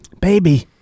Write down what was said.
Baby